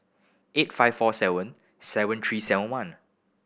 eight five four seven seven three seven one